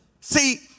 See